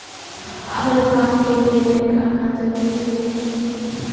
हर काम के लिए बैंक आना जरूरी रहते की?